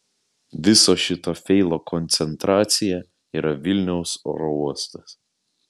viso šito feilo koncentracija yra vilniaus oro uostas